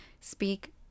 speak